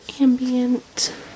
ambient